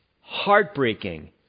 heartbreaking